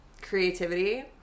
creativity